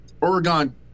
Oregon